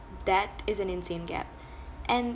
that is an insane gap and